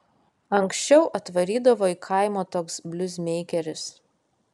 anksčiau atvarydavo į kaimą toks bliuzmeikeris